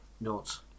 notes